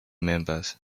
members